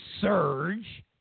surge